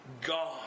God